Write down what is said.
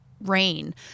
rain